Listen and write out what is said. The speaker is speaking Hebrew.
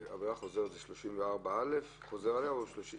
עבירה חוזרת זה שהוא חוזר על עבירה 34(א).